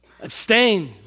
abstain